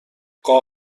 گاه